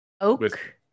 oak